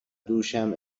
دوشم